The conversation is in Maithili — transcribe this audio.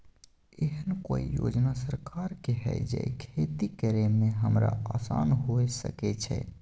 एहन कौय योजना सरकार के है जै खेती करे में हमरा आसान हुए सके छै?